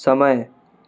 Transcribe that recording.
समय